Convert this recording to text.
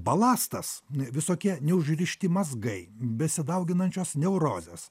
balastas visokie neužrišti mazgai besidauginančios neurozės